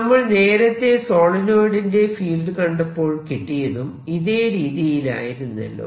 നമ്മൾ നേരത്തെ സോളിനോയിഡിന്റെ ഫീൽഡ് കണ്ടപ്പോൾ കിട്ടിയതും ഇതേ രീതിയിലായിരുന്നല്ലോ